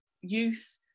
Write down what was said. youth